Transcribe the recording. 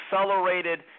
accelerated